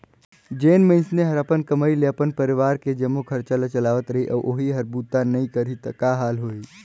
जेन मइनसे हर अपन कमई मे अपन परवार के जम्मो खरचा ल चलावत रही अउ ओही हर बूता नइ करही त का हाल होही